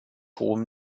hohem